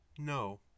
No